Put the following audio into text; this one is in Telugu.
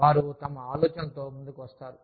వారు తమ ఆలోచనతో ముందుకు వస్తారు